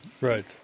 Right